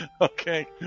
okay